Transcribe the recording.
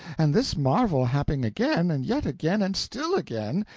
and this marvel happing again and yet again and still again,